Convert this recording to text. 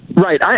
Right